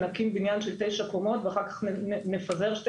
נקים בניין של תשע קומות ואחר כך נפזר שתי